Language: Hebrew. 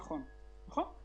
נכון.